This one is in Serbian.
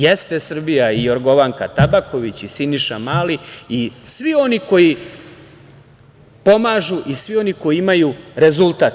Jeste Srbija i Jorgovanka Tabaković i Siniša Mali i svi oni koji pomažu i koji imaju rezultat.